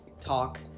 talk